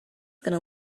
going